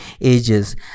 ages